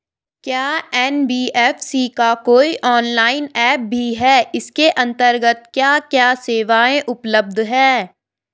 क्या एन.बी.एफ.सी का कोई ऑनलाइन ऐप भी है इसके अन्तर्गत क्या क्या सेवाएँ उपलब्ध हैं?